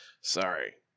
Sorry